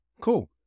Cool